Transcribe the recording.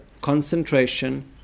Concentration